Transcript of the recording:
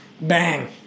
Bang